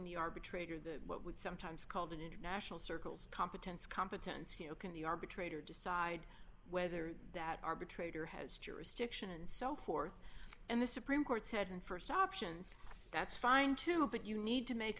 the arbitrator the what would sometimes called an international circles competence competence you know can the arbitrator decide whether that arbitrator has jurisdiction and so forth and the supreme court said st options that's fine too but you need to make